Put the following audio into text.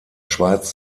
schweiz